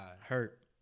Hurt